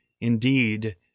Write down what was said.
indeed